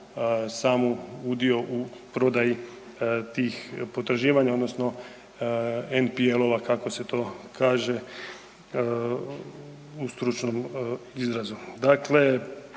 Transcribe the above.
samu udio u prodaji tih potraživanja odnosno NPL-ova kako se to kaže u stručnom izrazu.